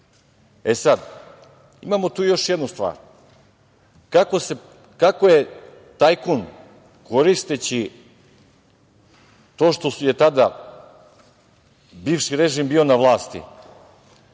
rezervi. Imamo tu još jednu stvar, kako je tajkun koristeći to što je tada bivši režim bio na vlasti